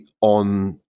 on